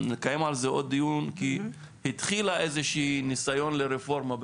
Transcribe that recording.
נקיים על זה עוד דיון כי התחיל איזשהו ניסיון לרפורמה,